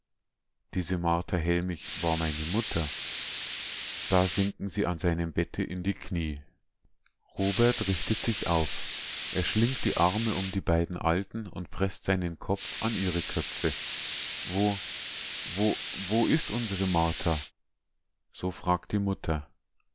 diese martha hellmich war meine mutter da sinken sie an seinem bett in die knie robert richtet sich auf er schlingt die arme um die beiden alten und preßt seinen kopf an ihre köpfe wo wo wo ist unsere martha so fragt die mutter